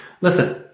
listen